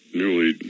newly